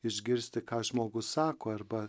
išgirsti ką žmogus sako arba